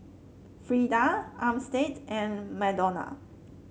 Freeda Armstead and Madonna